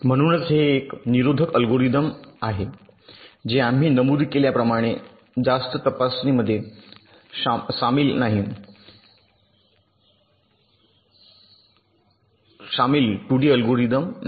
म्हणूनच हे एक निरोधक अल्गोरिदम आहे जे आम्ही नमूद केल्याप्रमाणे जास्त तपासणीमध्ये सामील 2 डी अल्गोरिदम नाही